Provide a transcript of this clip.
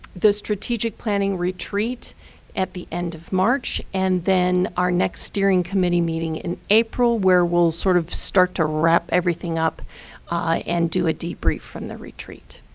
the strategic planning retreat at the end of march. and then our next steering committee meeting in april, where we'll sort of start to wrap everything up and do a debrief from the retreat.